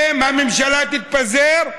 אם הממשלה תתפזר,